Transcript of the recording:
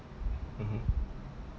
mmhmm